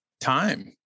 time